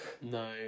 No